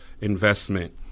investment